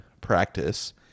practice